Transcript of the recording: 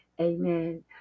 amen